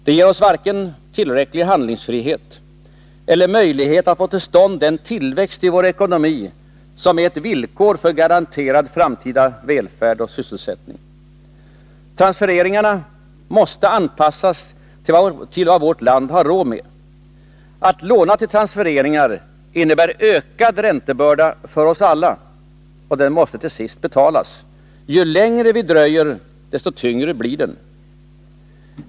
Det ger oss varken tillräcklig handlingsfrihet eller möjlighet att få till stånd den tillväxt i vår ekonomi som är ett villkor för garanterad framtida välfärd och sysselsättning. Transfereringarna måste anpassas till vad vårt land har råd med. Att låna tilltransfereringar innebär ökad räntebörda för oss alla, och den måste till sist betalas. Ju längre vi dröjer, desto tyngre blir den.